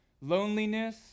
loneliness